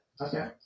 Okay